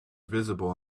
visible